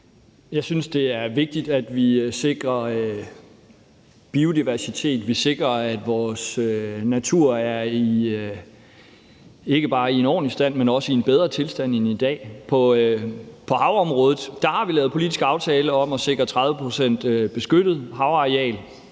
Jeg synes, det er vigtigt, at vi sikrer biodiversitet, og at vi sikrer, at vores natur ikke bare er i en ordentlig stand, men også i en bedre tilstand end i dag. På havområdet har vi lavet politiske aftaler om at sikre 30 pct. beskyttet havareal,